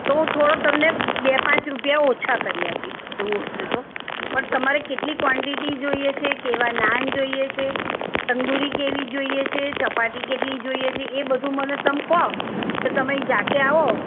તો થોડો તમને બે પાંચ રૂપિયા ઓછાં કરી આપીશ એવું હશે તો પણ તમારે કેટલી ક્વોન્ટીટી જોઈએ છે કેવા નાન જોઈએ છે તંદુરી કેવી જોઈએ છે ચપાતી કેટલી જોઈએ છે એ બધું મને તમે કહો તો તમે અહીં જાતે આવો